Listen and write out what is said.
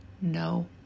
no